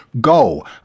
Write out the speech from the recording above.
Go